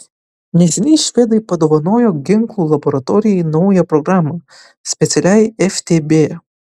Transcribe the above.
neseniai švedai padovanojo ginklų laboratorijai naują programą specialiai ftb